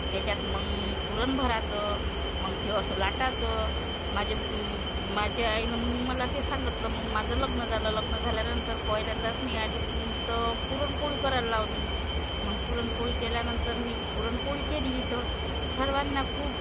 तेच्यात मग पुरण भरायचं मग ते असं लाटायचं माझे माझ्या आईनं मग मला ते सांगितलं मग माझं लग्न झालं लग्न झाल्यानंतर पहिल्यांदाच मी आली तर मग इथं पुरणपोळी करायला लावली मग पुरणपोळी केल्यानंतर मी पुरणपोळी केली इथं सर्वांना खूप